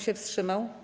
się wstrzymał?